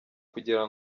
kugira